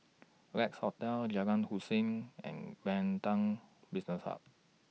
Lex Hotel Jalan Hussein and Pantech Business Hub